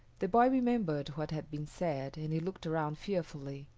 the boy remembered what had been said and he looked around fearfully,